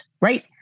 right